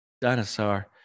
dinosaur